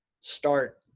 start